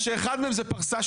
כאשר אחד מהם זה פרסה.